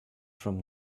from